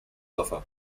offer